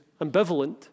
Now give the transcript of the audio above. ambivalent